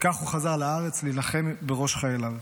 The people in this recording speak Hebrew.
וכך הוא חזר לארץ, להילחם בראש חייליו.